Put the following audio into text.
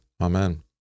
Amen